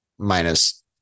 Minus